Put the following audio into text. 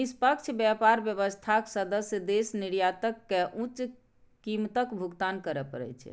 निष्पक्ष व्यापार व्यवस्थाक सदस्य देश निर्यातक कें उच्च कीमतक भुगतान करै छै